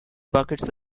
buckets